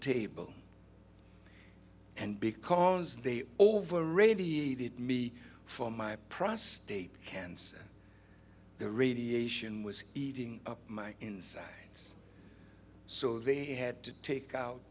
table and because they over radiated me for my prostate cancer the radiation was eating up my insides so they had to take out